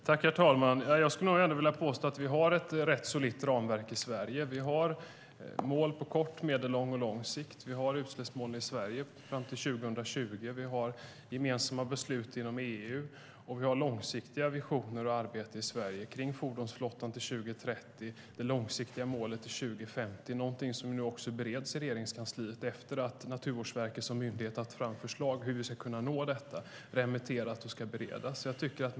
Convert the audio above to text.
Herr talman! Jag skulle vilja påstå att vi har ett rätt solitt ramverk i Sverige. Vi har mål på kort, medellång och lång sikt. Vi har utsläppsmålen i Sverige fram till 2020. Vi har gemensamma beslut inom EU, och vi har långsiktiga visioner och arbete i Sverige kring fordonsflottan till 2030 och det långsiktiga målet till 2050. Efter att Naturvårdsverket som myndighet har lagt fram förslag på hur vi ska kunna nå detta är det remitterat och bereds nu i Regeringskansliet.